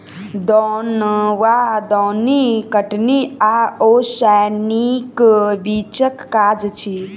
दौन वा दौनी कटनी आ ओसौनीक बीचक काज अछि